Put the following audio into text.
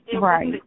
Right